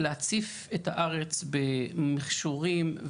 זה נוח לכם לשלוח את זה לקופות החולים כמו בכל המכשור הנוסף שלכם,